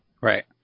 Right